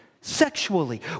sexually